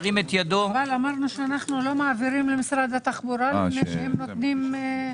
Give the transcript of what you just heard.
אמרנו שאנחנו לא מעבירים למשרד התחבורה לפני שהם נותנים.